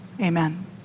amen